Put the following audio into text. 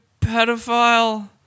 pedophile